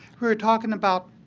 we were talking about